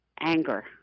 anger